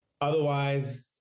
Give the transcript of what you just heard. otherwise